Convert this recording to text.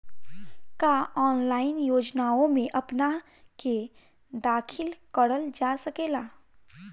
का ऑनलाइन योजनाओ में अपना के दाखिल करल जा सकेला?